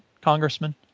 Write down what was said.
congressman